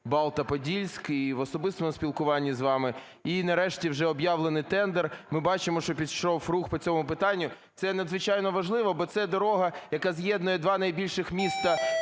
Балта-Подільськ і в особистому спілкуванні з вами. І нарешті вже об'явлений тендер. Ми бачимо, що вже пішов рух по цьому питання. Це надзвичайно важливо, бо це дорога, яка з'єднує два найбільших міста